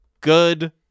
Good